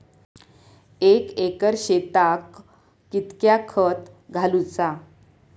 एक एकर शेताक कीतक्या खत घालूचा?